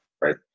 right